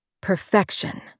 perfection